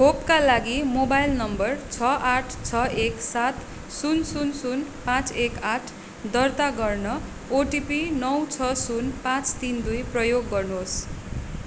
खोपका लागि mobile number छ आठ छ एक सात शून्य शून्य शून्य पाँच एक आठ दर्ता गर्न ओटिपी नौ छ शून्य पाँच तिन दुई प्रयोग गर्नुहोस्